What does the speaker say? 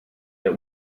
der